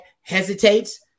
hesitates